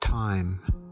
time